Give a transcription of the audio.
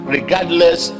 Regardless